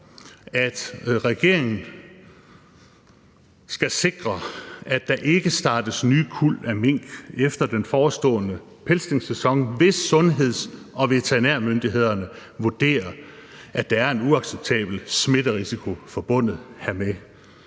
at regeringen skal sikre, at der ikke startes nye kuld af mink efter den forestående pelsningssæson, hvis sundheds- og veterinærmyndighederne vurderer, at der er en uacceptabel smitterisiko forbundet hermed.